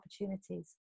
opportunities